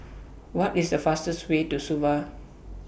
What IS The fastest Way to Suva